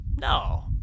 No